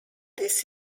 this